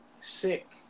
sick